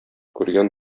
күргән